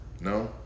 No